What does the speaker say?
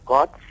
God